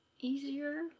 easier